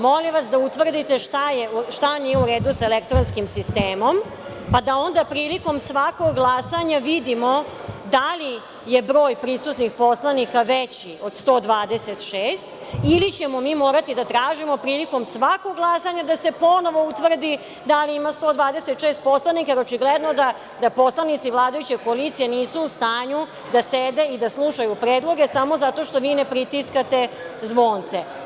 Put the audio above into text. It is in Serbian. Molim vas da utvrdite šta nije u redu sa elektronskim sistemom, pa da onda prilikom svakog glasanja vidimo da li je broj prisutnih poslanika veći od 126 ili ćemo mi morati da tražimo prilikom svakog glasanja da se ponovo utvrdi da li ima 126 poslanika, jer očigledno da poslanici vladajuće koalicije nisu u stanju da sede i slušaju predloge samo zato što vi ne pritiskate zvonce.